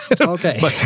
Okay